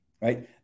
right